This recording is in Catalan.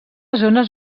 zones